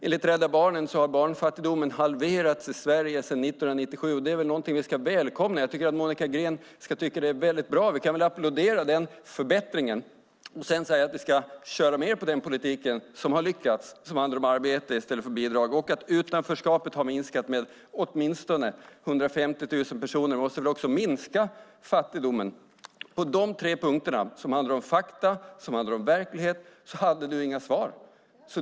Enligt Rädda Barnen har barnfattigdomen halverats i Sverige sedan 1997, och det är väl någonting som vi ska välkomna. Jag tycker att Monica Green ska tycka att det är bra. Vi kan väl applådera den förbättringen och säga att vi ska köra mer på den politik som har lyckats och som handlar om arbete i stället för bidrag och som gjort att utanförskapet har minskat med åtminstone 150 000 personer, som också minskar fattigdomen. På de tre punkterna, som handlar om fakta och verklighet, hade du inga svar.